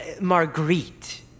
Marguerite